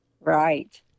Right